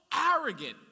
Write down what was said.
arrogant